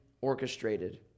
orchestrated